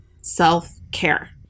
self-care